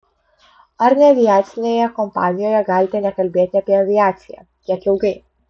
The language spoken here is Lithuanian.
ar neaviacinėje kompanijoje galite nekalbėti apie aviaciją kiek ilgai